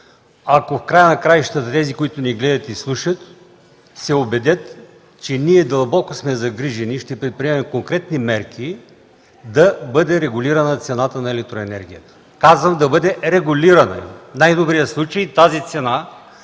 ако в края на краищата тези, които ни гледат и слушат, се убедят, че ние дълбоко сме загрижени и ще предприемем конкретни мерки да бъде регулирана цената на електроенергията. Казвам да бъде регулирана, в най-добрия случай тази цена